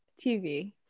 TV